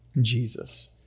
Jesus